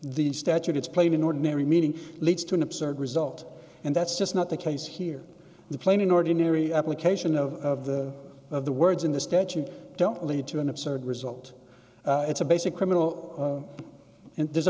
the statute it's plain ordinary meaning leads to an absurd result and that's just not the case here the plain ordinary application of the of the words in the statute don't lead to an absurd result it's a basic criminal and there's a